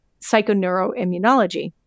psychoneuroimmunology